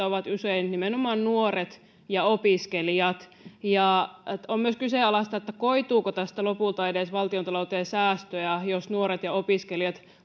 ovat usein nimenomaan nuoret ja opiskelijat on myös kyseenalaista koituuko tästä lopulta edes valtiontalouteen säästöjä jos nuoret ja opiskelijat